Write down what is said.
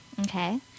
Okay